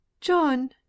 John